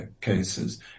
cases